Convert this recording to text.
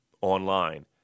online